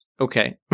Okay